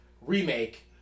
remake